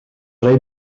rei